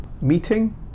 meeting